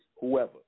whoever